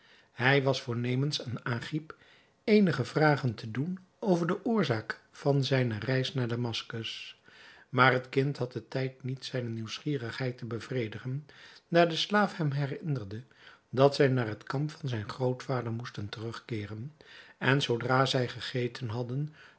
hij was voornemens aan agib eenige vragen te doen over de oorzaak van zijne reis naar damaskus maar het kind had den tijd niet zijne nieuwsgierigheid te bevredigen daar de slaaf hem herinnerde dat zij naar het kamp van zijn grootvader moesten terugkeeren en zoodra zij gegeten hadden